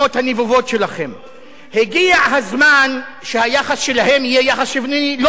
הגיע הזמן שהיחס אליהם יהיה יחס שוויוני לא רק בבתי-הקברות,